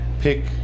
pick